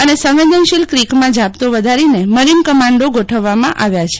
અને સંવેદનશીલ ક્રિકમાં જાપ્તો વધારીને મરીન કમાન્ડો ગોઠવવામાં આવ્યા છે